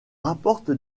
rapporte